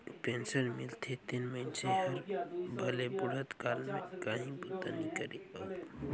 pension मिलथे तेन मइनसे हर भले बुढ़त काल में काहीं बूता नी करे अउ घरे बइठिस अहे तबो ले ओला बरोबेर महिना में पइसा मिलत रहथे